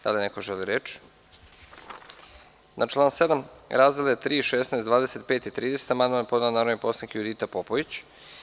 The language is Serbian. Da li neko želi reč? (Ne.) Na član 7. razdele 3, 16, 25 i 30 amandman je podnela narodni poslanik Judita Popović.